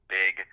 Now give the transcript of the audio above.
big